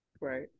Right